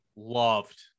loved